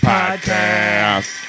Podcast